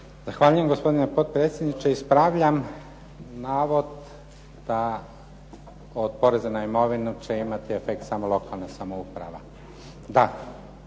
Zahvaljujem gospodine potpredsjedniče. Ispravljam navod da od poreza na imovinu će imati efekt samo lokalna samouprava.